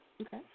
Okay